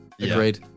Agreed